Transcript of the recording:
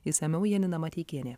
išsamiau janina mateikienė